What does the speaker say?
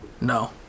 No